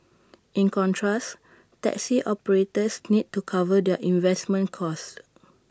in contrast taxi operators need to cover their investment costs